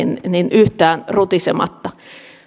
yhtään rutisematta